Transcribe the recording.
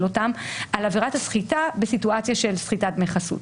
אותם על עבירת הסחיטה בסיטואציה של סחיטת דמי חסות.